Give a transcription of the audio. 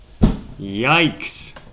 Yikes